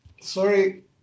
sorry